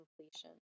completion